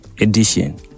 edition